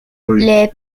les